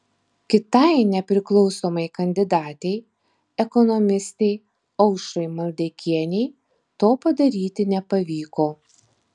kitai nepriklausomai kandidatei ekonomistei aušrai maldeikienei to padaryti nepavyko